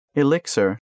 elixir